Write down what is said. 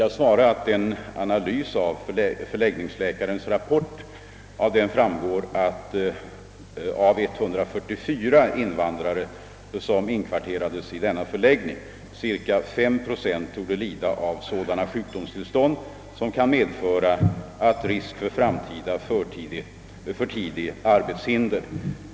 Av förläggningsläkarens rapport framgår emellertid att av 144 invandrare som inkvarterades i denna förläggning cirka 5 procent torde lida av sådana sjukdomstillstånd som kan medföra risk för förtidiga arbetshinder.